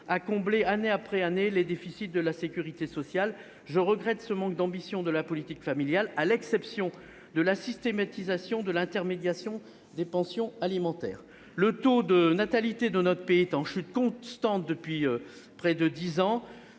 à combler, année après année, les déficits de la sécurité sociale ! Très bien !. Je regrette ce manque d'ambition en matière de politique familiale, à l'exception de la systématisation de l'intermédiation des pensions alimentaires. Le taux de natalité dans notre pays est en chute constante depuis près de dix ans.